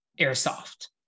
Airsoft